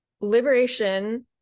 liberation